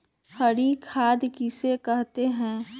हरी खाद किसे कहते हैं?